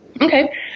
Okay